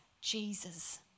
Jesus